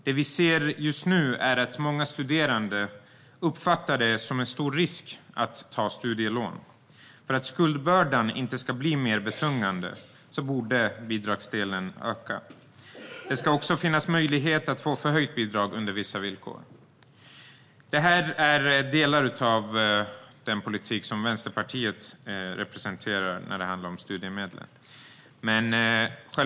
Det vi ser just nu är att många studerande uppfattar det som en stor risk att ta studielån. För att skuldbördan inte ska bli mer betungande borde bidragsdelen öka. Det ska dessutom finnas möjlighet att få förhöjt bidrag under vissa villkor. Allt detta är delar av Vänsterpartiets politik angående studiemedel.